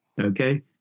okay